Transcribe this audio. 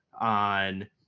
on